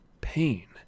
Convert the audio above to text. pain